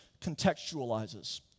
contextualizes